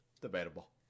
Debatable